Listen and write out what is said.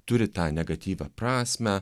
turi tą negatyvią prasmę